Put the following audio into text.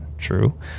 True